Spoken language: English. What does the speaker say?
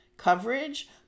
coverage